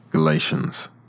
Galatians